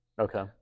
Okay